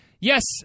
yes